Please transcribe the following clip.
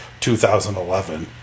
2011